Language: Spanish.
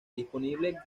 disponible